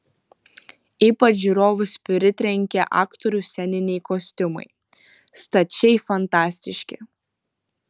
ypač žiūrovus pritrenkė aktorių sceniniai kostiumai stačiai fantastiški